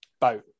boat